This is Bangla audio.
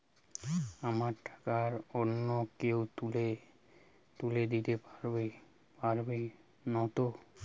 আমার টাকা অন্য কেউ তুলে নিতে পারবে নাতো?